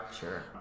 Sure